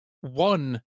one